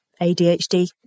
ADHD